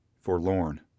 forlorn